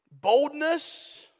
Boldness